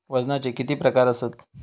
वजनाचे किती प्रकार आसत?